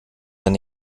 dann